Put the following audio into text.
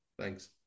Thanks